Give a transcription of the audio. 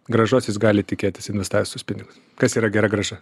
grąžos jis gali tikėtis investavus tuos pinigus kas yra gera grąža